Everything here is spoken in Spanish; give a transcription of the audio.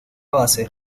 base